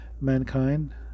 mankind